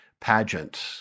pageant